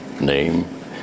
name